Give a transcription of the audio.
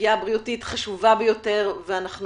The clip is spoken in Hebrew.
הסוגיה הבריאותית חשובה ביותר ואנחנו